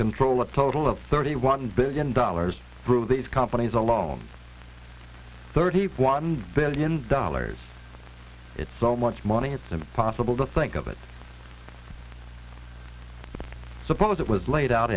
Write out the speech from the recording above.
control a total of thirty one billion dollars through these companies alone thirty one billion dollars it's so much money it's impossible to think of it suppose it was laid out